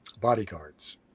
bodyguards